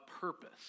purpose